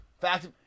Fact